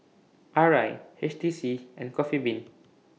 Arai H T C and Coffee Bean